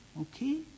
Okay